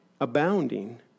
abounding